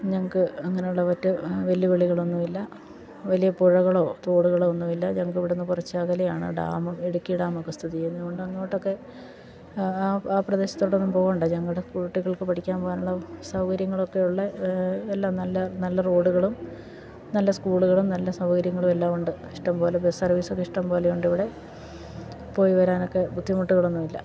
ഞങ്ങൾക്ക് അങ്ങനെയുള്ള മറ്റ് വെല്ലുവിളികളൊന്നും ഇല്ല വലിയ പുഴകളോ തോടുകളോ ഒന്നും ഇല്ല ഞങ്ങൾക്ക് ഇവിടെ നിന്ന് കുറച്ചകലെയാണ് ഡാമും ഇടുക്കി ഡാമൊക്കെ സ്ഥിതി ചെയ്യുന്നതു കൊണ്ട് അങ്ങോട്ടൊക്കെ ആ ആ പ്രദേശത്തോട്ടൊന്നും പോകേണ്ട ഞങ്ങളുടെ കുട്ടികൾക്ക് പഠിക്കാൻ പോകാനുള്ള സൗകര്യങ്ങളൊക്കെ ഉള്ള എല്ലാം നല്ല നല്ല റോഡുകളും നല്ല സ്കൂളുകളും നല്ല സൗകര്യങ്ങളും എല്ലാമുണ്ട് ഇഷ്ടം പോലെ ബസ് സർവ്വീസൊക്കെ ഇഷ്ടം പോലെ ഉണ്ടിവിടെ പോയി വരാനൊക്കെ ബുദ്ധിമുട്ടുകളൊന്നുമില്ല